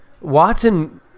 Watson